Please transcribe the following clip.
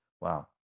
Wow